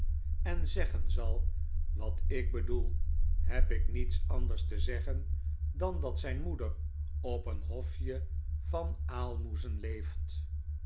en zeggen zal wat ik bedoel heb ik niets anders te zeggen dan dat zijn moeder op een hofje van aalmoezen leeft